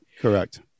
Correct